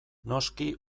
noski